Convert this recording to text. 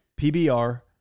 PBR